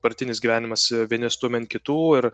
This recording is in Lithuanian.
partinis gyvenimas vieni stumia ant kitų ir